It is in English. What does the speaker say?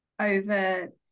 over